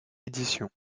éditions